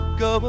go